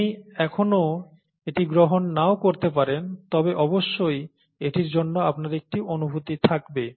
আপনি এখনও এটি গ্রহণ নাও করতে পারেন তবে অবশ্যই এটির জন্য আপনার একটি অনুভূতি থাকবে